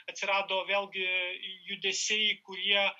atsirado vėlgi judesiai kurie